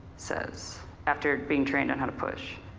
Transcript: says after being trained on how to push,